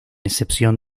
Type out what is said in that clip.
excepción